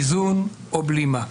איזון או בלימה?